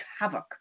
havoc